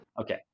Okay